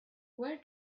where